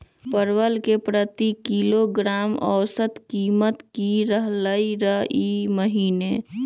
परवल के प्रति किलोग्राम औसत कीमत की रहलई र ई महीने?